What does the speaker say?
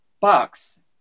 box